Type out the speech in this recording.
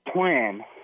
plan